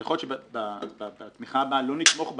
יכול להיות שבתמיכה הבאה לא נתמוך בה,